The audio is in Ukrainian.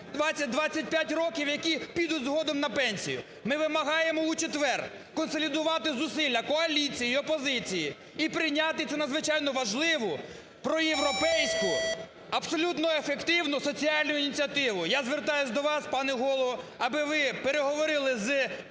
20-25 років, які підуть згодом на пенсію. Ми вимагаємо у четвер консолідувати зусилля коаліції і опозиції і прийняти цю надзвичайно важливу проєвропейську, абсолютно ефективну соціальну ініціативу Я звертаюсь до вас, пане Голово, аби ви переговорили з